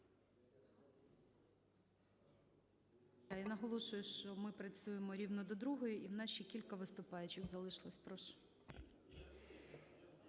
Наголошую, що ми працюємо рівно до другої і у нас ще кілька виступаючих залишилось. Прошу.